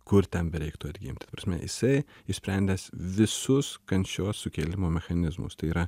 kur ten bereiktų atgimt ta prasme jisai išsprendęs visus kančios sukėlimo mechanizmus tai yra